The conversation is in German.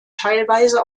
teilweise